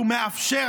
שהוא מאפשר,